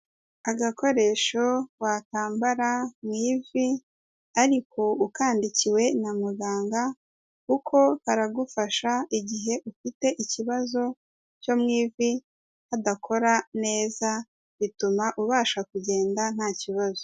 Agakoresho wakwambara mu ivi ariko ukandikiwe na muganga kuko karagufasha igihe ufite ikibazo cyo mu ivi, hadakora neza bituma ubasha kugenda nta kibazo.